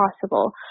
possible